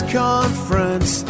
conference